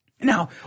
Now